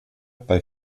bei